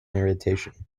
irritation